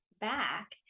back